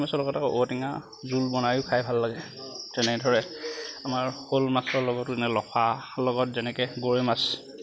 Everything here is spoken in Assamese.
বৰালি মাছৰ লগত আৰু ঔটেঙা জোল বনায়ো খাই ভাল লাগে তেনেদৰে আমাৰ শ'ল মাছৰ লগতো লফা লগত যেনেকে গৰৈ মাছ